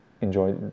enjoy